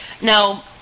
Now